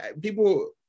people